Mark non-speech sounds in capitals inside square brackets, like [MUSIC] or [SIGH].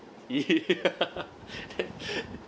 ya [LAUGHS]